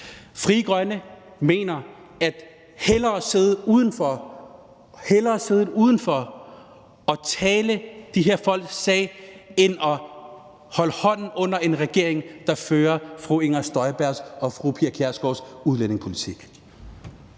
Frie Grønne mener: Hellere sidde udenfor og tale de her folks sag end at holde hånden under en regering, der fører fru Inger Støjbergs og fru Pia Kjærsgaards udlændingepolitik.